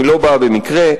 היא לא באה במקרה,